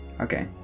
Okay